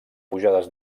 pujades